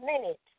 minute